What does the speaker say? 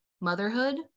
motherhood